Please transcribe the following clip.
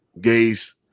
gays